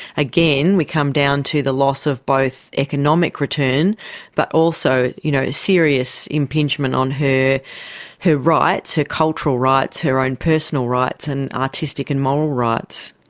again, we come down to the loss of both economic return but also you know serious impingement on her her rights, her cultural rights, her own personal rights and artistic and moral rights.